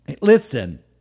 listen